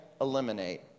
eliminate